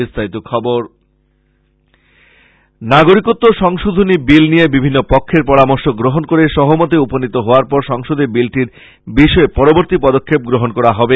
বিস্তারিত খবর নাগরিকত্ব সংশোধনী বিলটি নিয়ে বিভিন্ন পক্ষের পরামর্শ গ্রহন করে সহমতে উপনীত হবার পর সংসদে বিলটির বিষয়ে পরবর্ত্তী পদক্ষেপ গ্রহন করা হবে